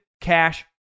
Cash